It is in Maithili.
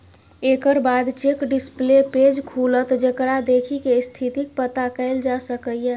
एकर बाद चेक डिस्प्ले पेज खुलत, जेकरा देखि कें स्थितिक पता कैल जा सकैए